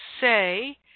say